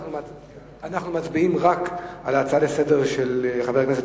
אנחנו מצביעים רק על ההצעה לסדר-היום של חבר הכנסת